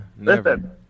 Listen